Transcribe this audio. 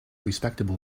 respectable